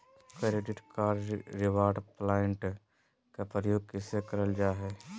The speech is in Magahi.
क्रैडिट कार्ड रिवॉर्ड प्वाइंट के प्रयोग कैसे करल जा है?